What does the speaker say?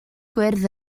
gwyrdd